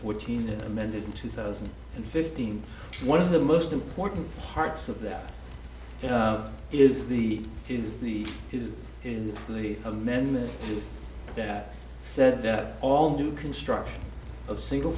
fourteen and amended in two thousand and fifteen one of the most important parts of that is the is the is is really amendment that said that all new construction of single